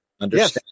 Understand